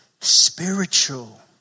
spiritual